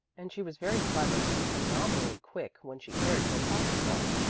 and she was very clever and phenomenally quick when she cared to apply herself.